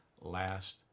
Last